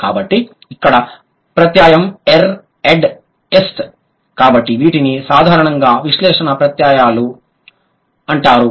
కాబట్టి ఇక్కడ ప్రత్యయం ఎర్ ఎడ్ మరియు యెస్ట్ కాబట్టి వీటిని సాధారణంగా విక్షేపణ ప్రత్యయాలు అంటారు